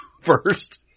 first